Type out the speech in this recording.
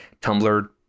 Tumblr